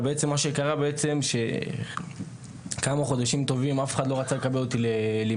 אבל בעצם מה שקרה שכמה חודשים טובים אף אחד לא רצה לקבל אותי ללימודים.